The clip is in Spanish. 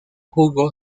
jugó